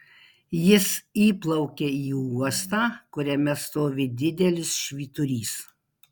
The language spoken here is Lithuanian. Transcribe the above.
jis įplaukia į uostą kuriame stovi didelis švyturys